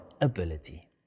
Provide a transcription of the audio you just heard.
ability